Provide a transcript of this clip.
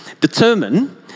determine